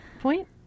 point